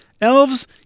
elves